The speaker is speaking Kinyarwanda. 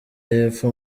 y’epfo